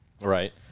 Right